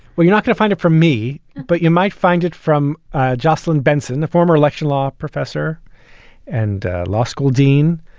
well, you're not gonna find it for me, but you might find it from jocelyn benson, the former election law professor and law school dean.